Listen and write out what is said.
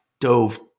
dove